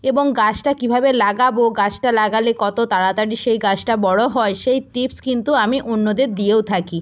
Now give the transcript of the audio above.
এবং গাছটা কীভাবে লাগাব গাছটা লাগালে কত তাড়াতাড়ি সেই গাছটা বড় হয় সেই টিপস কিন্তু আমি অন্যদের দিয়েও থাকি